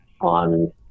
on